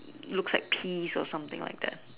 looks like peas or something like that